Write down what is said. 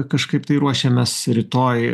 kažkaip tai ruošiamės rytoj